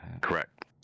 correct